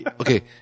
Okay